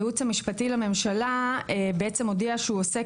הייעוץ המשפטי לממשלה בעצם הודיע שהוא עוסק